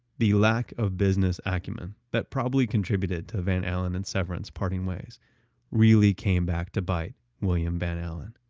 the lack of business acumen that probably contributed to van alen and severance parting ways really came back to bite william van alen.